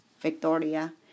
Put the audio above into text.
Victoria